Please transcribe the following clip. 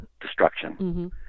destruction